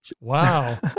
Wow